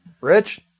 Rich